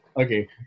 okay